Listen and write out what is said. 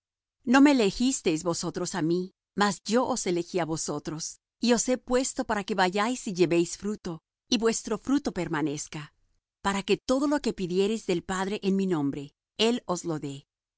no me elegisteis vosotros á mí mas yo os elegí á vosotros y os he puesto para que vayáis y llevéis fruto y vuestro fruto permanezca para que todo lo que pidiereis del padre en mi nombre él os lo dé